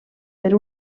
per